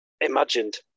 Imagined